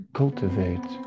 cultivate